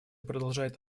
продолжает